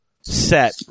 set